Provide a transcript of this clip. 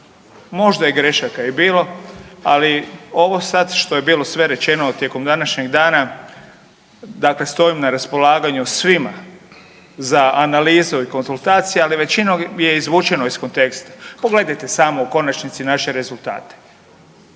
Možda je grešaka i bilo, ali ovo sad što je bilo sve rečeno tijekom današnjeg dana dakle stojim na raspolaganju svima za analizu i konzultacije, ali većinom je izvučeno iz konteksta. Pogledajte samo u konačnici naše rezultate.